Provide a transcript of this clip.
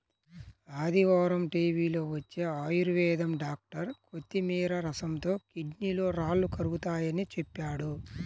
ఆదివారం టీవీలో వచ్చే ఆయుర్వేదం డాక్టర్ కొత్తిమీర రసంతో కిడ్నీలో రాళ్లు కరుగతాయని చెప్పాడు